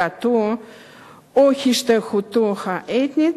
דתו או השתייכותו האתנית,